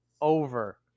over